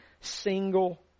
single